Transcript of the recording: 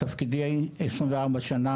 בתפקידי ב-24 שנה,